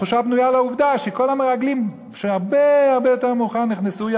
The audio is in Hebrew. התחושה בנויה על העובדה שכל המרגלים שהרבה הרבה יותר מאוחר נכנסו לכלא,